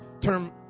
term